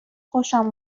خوشم